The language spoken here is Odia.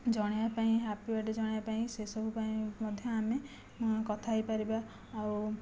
ଜଣାଇବା ପାଇଁ ହାପି ବାର୍ଥଡେ ଜଣାଇବା ପାଇଁ ସେସବୁ ପାଇଁ ମଧ୍ୟ ଆମେ କଥା ହୋଇପାରିବା ଆଉ